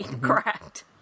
Correct